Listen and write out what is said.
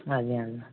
ଆଜ୍ଞା ଆଜ୍ଞା